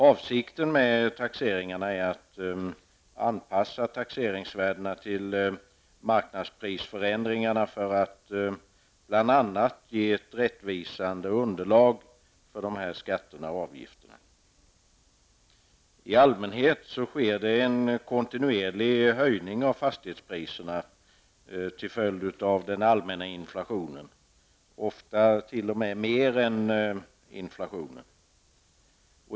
Avsikten med taxeringarna är att anpassa taxeringsvärdena till marknadsprisförändringarna för att bl.a. ge ett rättvisande underlag för dessa skatter och avgifter. I allmänhet sker en kontinuerlig höjning av fastighetspriserna till följd av den allmänna inflationen, ofta t.o.m. mer än inflationen.